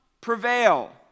prevail